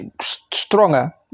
stronger